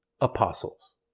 apostles